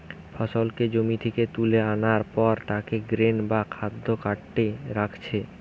ফসলকে জমি থিকে তুলা আনার পর তাকে গ্রেন বা খাদ্য কার্টে রাখছে